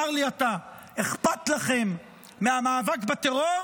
אז תאמר לי אתה, אכפת לכם מהמאבק בטרור